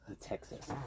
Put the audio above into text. Texas